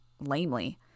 lamely